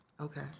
Okay